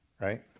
right